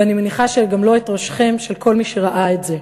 ואני מניחה שגם לא את ראשכם, של כל מי שראה את זה.